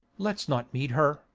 let's not meet her.